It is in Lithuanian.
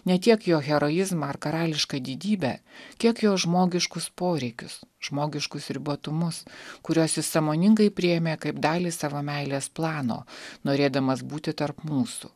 ne tiek jo heroizmą ar karališką didybę kiek jo žmogiškus poreikius žmogiškus ribotumus kuriuos jis sąmoningai priėmė kaip dalį savo meilės plano norėdamas būti tarp mūsų